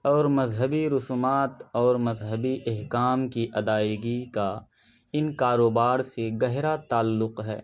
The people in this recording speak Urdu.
اور مذہبی رسومات اور مذہبی احکام کی ادائیگی کا ان کاروبار سے گہرا تعلق ہے